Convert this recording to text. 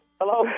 Hello